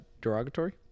derogatory